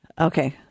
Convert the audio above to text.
Okay